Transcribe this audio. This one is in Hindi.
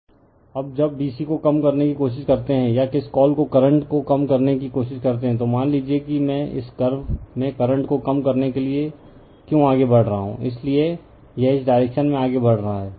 रिफर स्लाइड टाइम 2539 अब जब b c को कम करने की कोशिश करते हैं या किस कॉल को करंट को कम करने की कोशिश करते हैं तो मान लीजिए कि मैं इस कर्वे में करंट को कम करने के लिए क्यों आगे बढ़ रहा हूं इसलिए यह इस डायरेक्शन में आगे बढ़ रहा है